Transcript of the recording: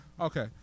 Okay